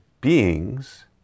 beings